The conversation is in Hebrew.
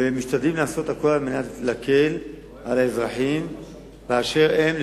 ומשתדלים לעשות הכול על מנת להקל על האזרחים באשר הם,